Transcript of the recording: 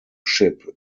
ship